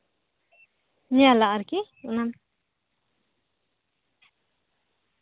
ᱧᱮᱞᱟ ᱟᱨ ᱠᱤ ᱚᱱᱟ